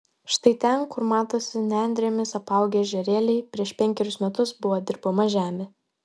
štai ten kur matosi nendrėmis apaugę ežerėliai prieš penkerius metus buvo dirbama žemė